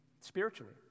spiritually